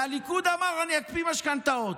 והליכוד אמר: אני אקפיא משכנתאות,